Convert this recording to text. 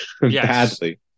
badly